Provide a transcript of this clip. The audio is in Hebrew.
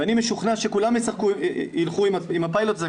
ואני משוכנע שכולם ילכו עם הפיילוט הזה,